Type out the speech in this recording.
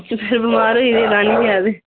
उस दिन बमार होई गेदे हे तां नेईं हे आए दे